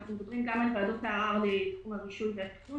אנחנו מדברים גם על ועדות הערר לתחום הרישוי והתכנון